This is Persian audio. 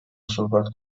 صحبت